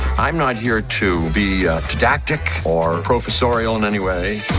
i'm not here to be didactic or professorial in any way